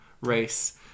race